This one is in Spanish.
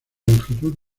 longitud